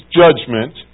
judgment